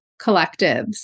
collectives